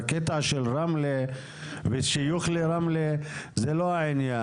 הקטע של רמלה ושיוך לרמלה זה לא העניין.